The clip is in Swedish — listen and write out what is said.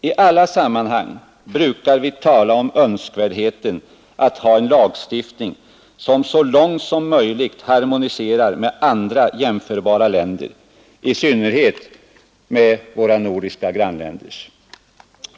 I alla sammanhang brukar vi tala om önskvärdheten av att ha en lagstiftning som så långt som möjligt harmoniserar med andra jämförbara länders, i synnerhet med våra nordiska grannländers.